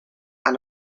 and